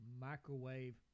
Microwave